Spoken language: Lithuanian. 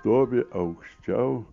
stovi aukščiau